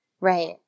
right